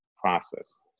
process